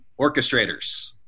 orchestrators